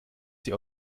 sie